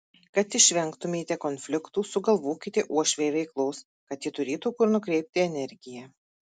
kad išvengtumėte konfliktų sugalvokite uošvei veiklos kad ji turėtų kur nukreipti energiją